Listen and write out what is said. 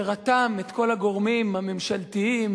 שרתם את כל הגורמים הממשלתיים,